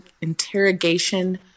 Interrogation